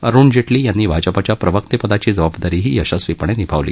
अरुण जप्तली यांनी भाजपाच्या प्रवक्तप्रदाची जबाबदारीही यशस्वीपण निभावली